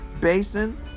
basin